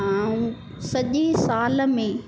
अऊं सॼे साल में